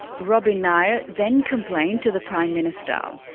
robin nair then complained to the prime minister.